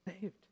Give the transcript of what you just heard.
Saved